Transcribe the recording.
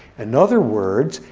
in other words,